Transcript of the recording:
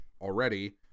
already